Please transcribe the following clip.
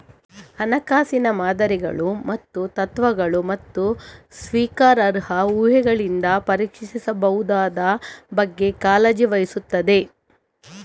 ಹಣಕಾಸಿನ ಮಾದರಿಗಳು ಮತ್ತು ತತ್ವಗಳು, ಮತ್ತು ಸ್ವೀಕಾರಾರ್ಹ ಊಹೆಗಳಿಂದ ಪರೀಕ್ಷಿಸಬಹುದಾದ ಬಗ್ಗೆ ಕಾಳಜಿ ವಹಿಸುತ್ತದೆ